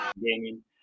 Gaming